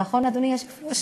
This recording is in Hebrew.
נכון, אדוני היושב-ראש?